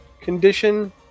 condition